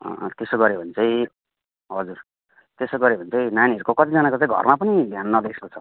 त्यसो गऱ्यो भने चाहिँ हजुर त्यसो गऱ्यो भने चाहिँ नानीहरूको कतिजनाको चाहिँ घरमा पनि ध्यान नदिएको जस्तो छ